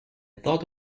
thought